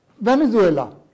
Venezuela